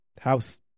house